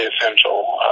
essential